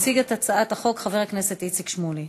יציג את הצעת החוק חבר הכנסת איציק שמולי.